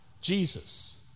Jesus